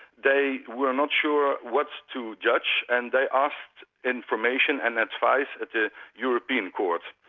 they were not sure what to judge, and they asked information and advice at the european court.